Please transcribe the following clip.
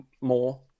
more